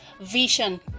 vision